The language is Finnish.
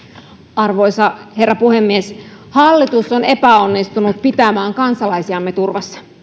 arvoisa herra puhemies hallitus on epäonnistunut pitämään kansalaisiamme turvassa